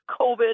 COVID